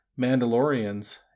Mandalorians